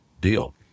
deal